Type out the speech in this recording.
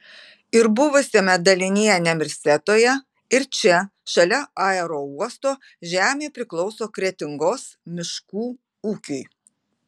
ir buvusiame dalinyje nemirsetoje ir čia šalia aerouosto žemė priklauso kretingos miškų ūkiui